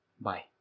Bye